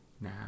now